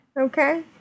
okay